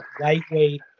lightweight